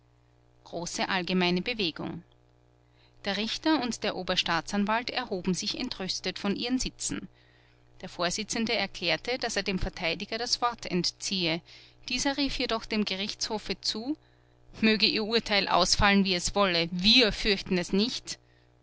die richter und der oberstaatsanwalt erhoben sich entrüstet von ihren sitzen der vorsitzende erklärte daß er dem verteidiger das wort entziehe dieser rief jedoch dem gerichtshofe zu möge ihr urteil ausfallen wie es wolle wir fürchten es nicht